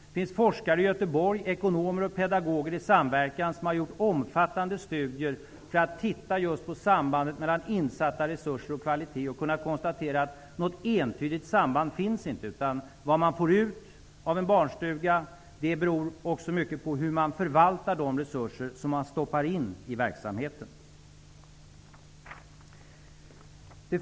Det finns forskare i Göteborg, ekonomer och pedagoger i samverkan, som har gjort omfattande studier för att undersöka sambandet mellan insatta resurser och kvalitet. De har kunnat konstatera att det inte finns något entydigt samband. Vad man får ut av en barnstuga beror också mycket på hur man förvaltar de resurser som man sätter in i verksamheten.